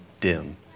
dim